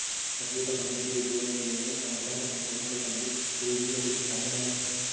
मछली पकड़ने के उद्योग में लेने, संवर्धन, प्रसंस्करण से संबंधित कोई भी गतिविधि शामिल है